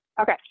Okay